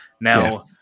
Now